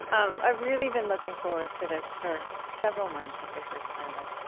um i've really been looking forward to this for several months, as we first planned it